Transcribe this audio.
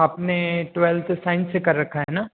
आपने twelfth science से कर रखा है न